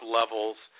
levels